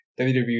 WWE